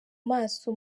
maso